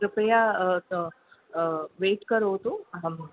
कृपया त वैट् करोतु अहं